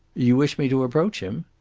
you wish me to approach him?